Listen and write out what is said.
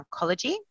oncology